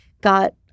got